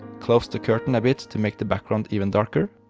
closed the curtain a bit to make the background even darker.